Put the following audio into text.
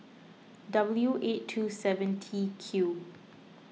W eight two seven T Q